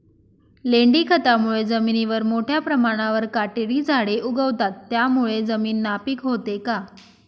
लेंडी खतामुळे जमिनीवर मोठ्या प्रमाणावर काटेरी झाडे उगवतात, त्यामुळे जमीन नापीक होते का?